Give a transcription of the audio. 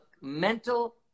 mental